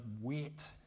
wet